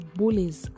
bullies